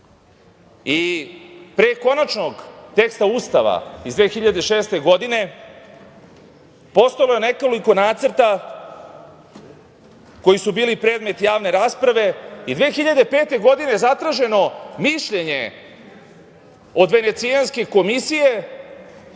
konačnog teksta Ustava iz 2006. godine postojalo je nekoliko nacrta koji su bili predmet javne rasprave i 2005. godine zatraženo je mišljenje od Venecijanske komisije,